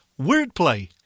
Wordplay